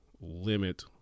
limit